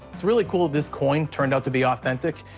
it's really cool this coin turned out to be authentic.